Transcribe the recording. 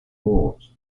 moat